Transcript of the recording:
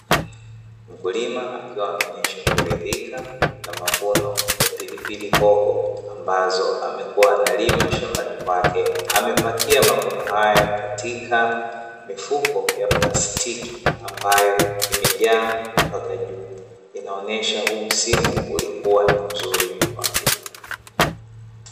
Mkulima akiwa anaonyesha kuridhika na mavuno ya pilipili hoho, ambazo amekuwa analima shambani kwake, amepakia mavuno hayo katika mifuko ya plastiki, ambayo imejaa mpaka juu, inaonyesha huu msimu ulikuwa ni mzuri kwake.